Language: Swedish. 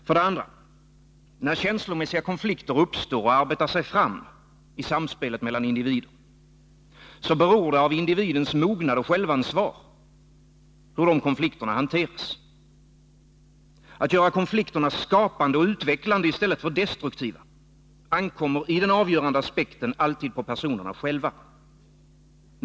För det andra: När känslomässiga konflikter uppstår och arbetar sig fram i samspelet mellan individer beror det på individens mognad och självansvar hur de konflikterna hanteras. Att göra konflikterna skapande och utvecklande i stället för destruktiva ankommer i den avgörande aspekten alltid på personerna själva.